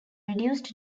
reduced